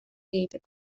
egiteko